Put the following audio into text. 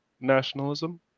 nationalism